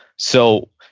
so,